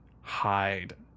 hide